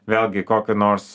vėlgi kokį nors